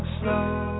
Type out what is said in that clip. slow